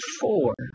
four